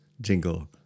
jingle